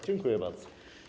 Dziękuję bardzo.